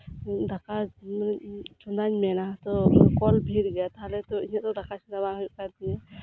ᱫᱟᱠᱟ ᱪᱚᱱᱫᱟᱧ ᱢᱮᱱᱟ ᱛᱳ ᱠᱚᱞ ᱵᱷᱤᱲ ᱜᱮᱭᱟ ᱛᱟᱦᱞᱮ ᱛᱳ ᱤᱧᱟᱹᱜ ᱫᱚ ᱫᱟᱠᱟ ᱪᱚᱱᱫᱟ ᱵᱟᱝ ᱦᱩᱭᱩᱜ ᱠᱟᱱ ᱛᱤᱧᱟ